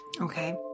Okay